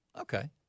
Okay